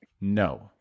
No